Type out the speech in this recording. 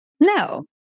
No